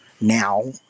now